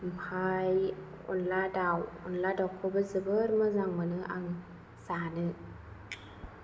ओमफ्राय अनला दाउ अनला दाउखौबो जोबोद मोजां मोनो आं जानो